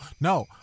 no